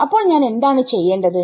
അപ്പോൾ ഞാൻ എന്താണ് ചെയ്യേണ്ടത്